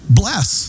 bless